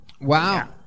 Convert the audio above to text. Wow